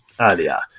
earlier